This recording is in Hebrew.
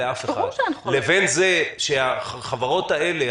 לבין זה שהחברות האלה,